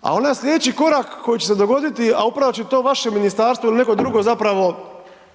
A onaj slijedeći korak koji će se dogoditi, a upravo će to vaše ministarstvo ili neko drugo zapravo